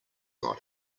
not